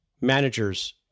managers